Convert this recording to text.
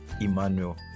Emmanuel